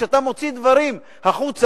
כשאתה מוציא דברים החוצה,